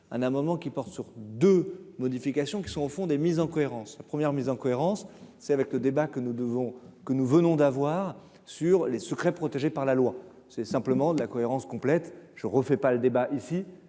un amendement qui porte sur 2 modifications qui sont au fond des mises en cohérence la première mise en cohérence, c'est avec le débat que nous devons que nous venons d'avoir sur les secrets protégés par la loi, c'est simplement de la cohérence complète, je refais pas le débat ici